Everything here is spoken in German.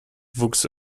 wuchs